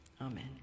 Amen